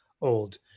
Old